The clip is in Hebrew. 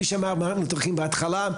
כפי שאמרתי בהתחלה,